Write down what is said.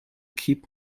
keep